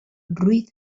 ruiz